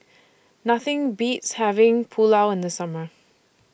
Nothing Beats having Pulao in The Summer